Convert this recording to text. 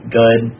good